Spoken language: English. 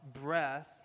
breath